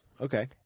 Okay